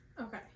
Okay